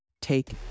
Take